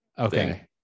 okay